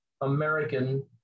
american